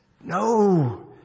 no